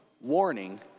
warning